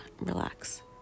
relax